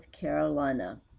Carolina